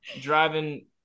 driving